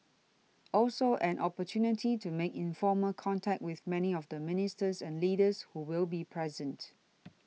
also an opportunity to make informal contact with many of the ministers and leaders who will be present